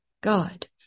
God